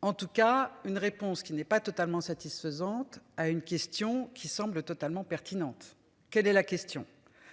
En tout cas une réponse qui n'est pas totalement satisfaisante à une question qui semble totalement pertinente. Quelle est la question.